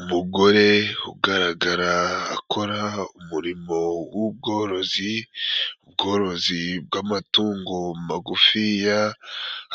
Umugore ugaragara akora umurimo w'ubworozi, ubworozi bw'amatungo magufiya,